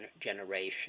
generation